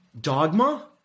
dogma